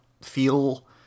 feel